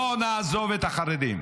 לא נעזוב את החרדים.